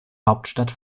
hauptstadt